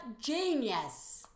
genius